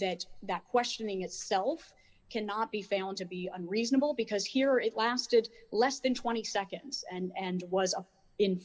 that that questioning itself cannot be found to be unreasonable because here it lasted less than twenty seconds and was in